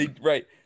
Right